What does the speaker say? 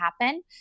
happen